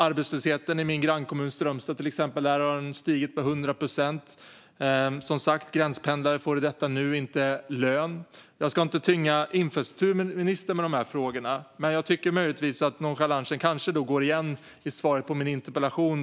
Arbetslösheten i min grannkommun Strömstad har stigit med 100 procent, och gränspendlare får som sagt ingen lön. Jag ska inte tynga infrastrukturministern med dessa frågor, men jag tycker att nonchalansen möjligtvis går igen i svaret på min interpellation.